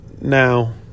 Now